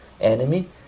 enemy